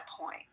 point